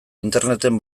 interneten